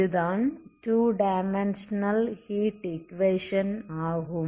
இதுதான் 2 dimensional heat equation ஆகும்